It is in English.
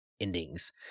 endings